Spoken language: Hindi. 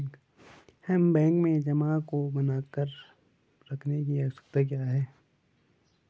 हमें बैंक में जमा को बनाए रखने की आवश्यकता क्यों है?